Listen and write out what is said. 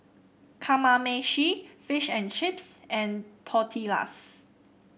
Kamameshi Fish and Chips and Tortillas